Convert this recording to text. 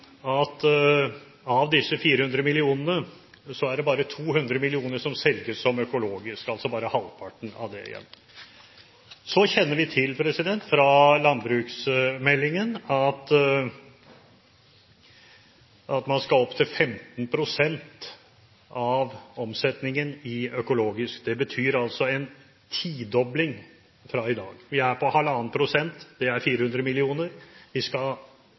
at av disse 400 mill. kr selges det økologiske varer for bare 200 mill. kr, altså bare halvparten. Så kjenner vi til fra landbruksmeldingen at man skal opp til 15 pst. når det gjelder omsetning av økologiske varer. Det betyr altså en tidobling fra i dag. Vi er på 1,5 pst., det er 400 mill. kr. Vi skal